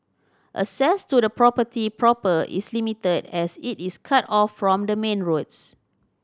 access to the property proper is limited as it is cut off from the main roads